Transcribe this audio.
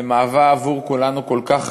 ומהווה עבור כולנו כל כך,